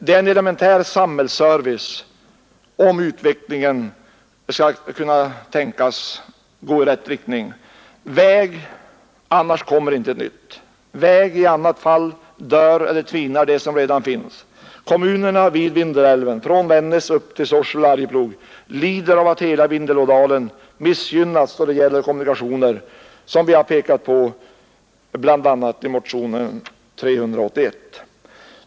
Denna elementära samhällsservice är ett villkor för att utvecklingen skall kunna gå i rätt riktning. Väg — annars kommer intet nytt. Väg — i annat fall dör eller tvinar det som redan finns. Kommunerna vid Vindelälven, från Vännäs till Sorsele och Arjeplog, lider av att hela Vindelådalen missgynnats då det gäller kommunikationer. Det har vi pekat på bl.a. i motionen 381.